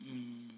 mm